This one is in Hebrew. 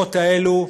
למקומות האלה,